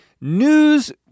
news